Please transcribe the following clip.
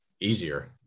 easier